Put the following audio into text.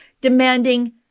demanding